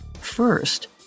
First